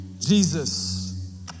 Jesus